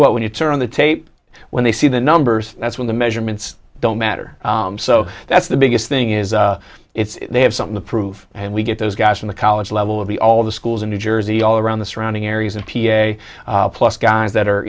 what when you turn on the tape when they see the numbers that's when the measurements don't matter so that's the biggest thing is it's they have something to prove and we get those guys from the college level of the all the schools in new jersey all around the surrounding areas of p a plus guys that are